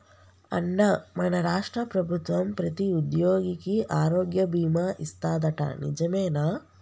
అన్నా మన రాష్ట్ర ప్రభుత్వం ప్రతి ఉద్యోగికి ఆరోగ్య బీమా ఇస్తాదట నిజమేనా